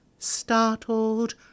Startled